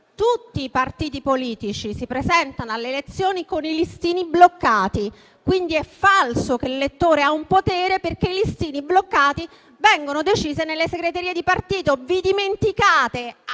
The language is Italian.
tutti i partiti politici si presentano alle elezioni con i listini bloccati: quindi è falso che l'elettore ha un potere, perché i listini bloccati vengono decisi nelle segreterie di partito. Vi dimenticate